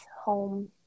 home